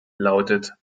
lautet